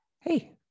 hey